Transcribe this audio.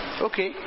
Okay